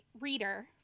reader